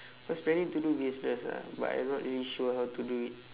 was planning to do business ah but I not really sure how to do it